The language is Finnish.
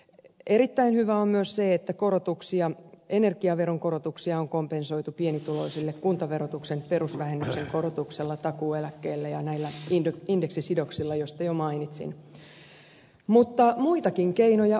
erittäin hyvä on myös se että energiaveron korotuksia on kompensoitu pienituloisille kuntaverotuksen perusvähennyksen korotuksella takuueläkkeellä ja näillä indeksisidoksilla joista jo mainitsin mutta muitakin keinoja on